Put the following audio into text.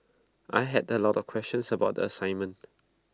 I had A lot of questions about the assignment